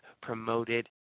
promoted